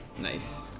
Nice